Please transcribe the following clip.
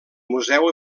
museu